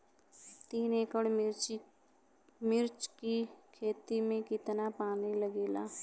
तीन एकड़ मिर्च की खेती में कितना पानी लागेला?